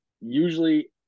usually